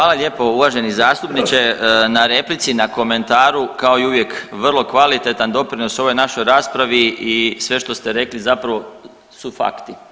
Hvala lijepo uvaženi zastupniče na replici, na komentaru, kao i uvijek, vrlo kvalitetan doprinos ovoj našoj raspravi i sve što ste rekli zapravo su fakti.